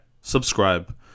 subscribe